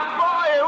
boy